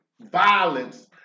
violence